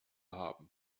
haben